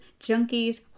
junkies